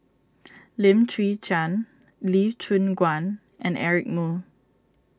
Lim Chwee Chian Lee Choon Guan and Eric Moo